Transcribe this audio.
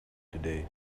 today